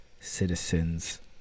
Citizens